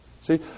see